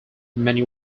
many